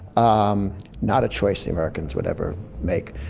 um not a choice the americans would ever make.